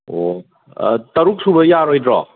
ꯑꯣ ꯇꯔꯨꯛꯁꯨꯕ ꯌꯥꯔꯣꯏꯗ꯭ꯔꯣ